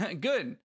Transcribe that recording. good